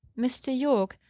mr. yorke!